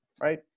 Right